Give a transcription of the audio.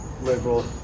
liberal